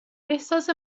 احساس